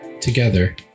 Together